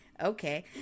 Okay